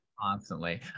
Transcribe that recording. Constantly